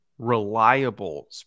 Reliable